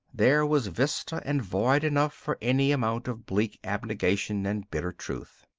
there was vista and void enough for any amount of bleak abnegation and bitter truth.